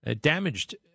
Damaged